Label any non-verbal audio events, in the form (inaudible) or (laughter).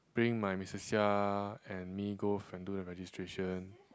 bring my missus Seah and me go (noise) and do the registration